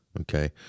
okay